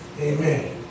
Amen